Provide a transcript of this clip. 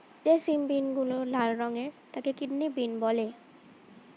যে সিম বিনগুলো লাল রঙের তাকে কিডনি বিন বলে